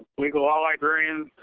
legal law librarians.